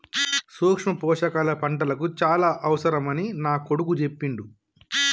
సూక్ష్మ పోషకాల పంటలకు చాల అవసరమని నా కొడుకు చెప్పిండు